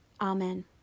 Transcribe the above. Amen